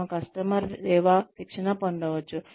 మనము కస్టమర్ సేవా శిక్షణ పొందవచ్చు